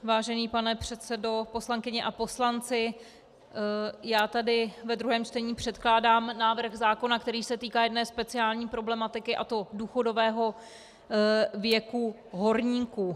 Vážený pane předsedo, poslankyně a poslanci, já tady ve druhém čtení předkládám návrh zákona, který se týká jedné speciální problematiky, a to důchodového věku horníků.